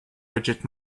bridget